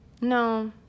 No